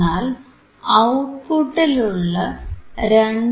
എന്നാൽ ഔട്ട്പുട്ടിലുള്ള 2